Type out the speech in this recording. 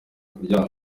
kuryama